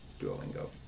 Duolingo